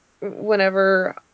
whenever